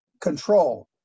control